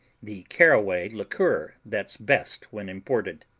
the caraway liqueur that's best when imported.